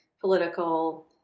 political